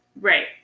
right